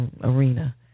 arena